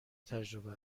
تجربه